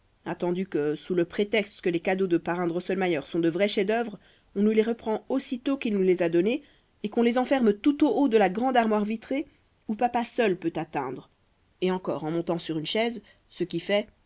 attendu que sous le prétexte que les cadeaux de parrain drosselmayer sont de vrais chefs-d'œuvre on nous les reprend aussitôt qu'il nous les a donnés et qu'on les enferme tout au haut de la grande armoire vitrée où papa seul peut atteindre et encore en montant sur une chaise ce qui fait